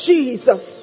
Jesus